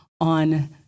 on